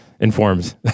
informs